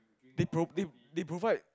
they pro~ they provide